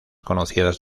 conocidas